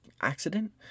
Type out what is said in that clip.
accident